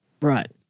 Right